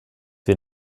wir